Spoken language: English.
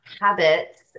habits